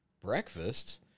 breakfast